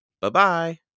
Bye-bye